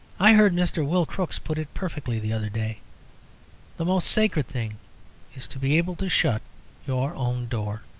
i heard mr. will crooks put it perfectly the other day the most sacred thing is to be able to shut your own door.